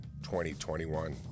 2021